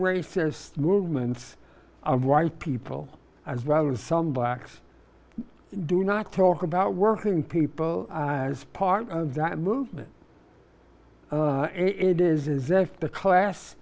racist movements of white people as well as some blacks do not talk about working people as part of that movement it is invest the class